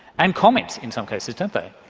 and comment in some cases don't they?